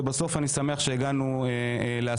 אני שמח שבסוף הגענו להסכמות,